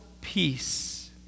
peace